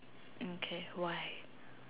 okay why